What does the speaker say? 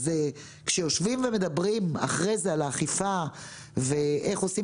כשיושבים ומדברים אחר כך על האכיפה ואיך עושים